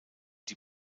die